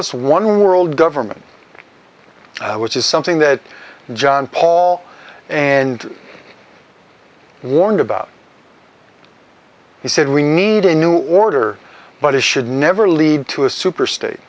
us one world government which is something that john paul and warned about he said we need a new order but it should never lead to a super state